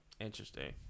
Interesting